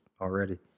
already